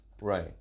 right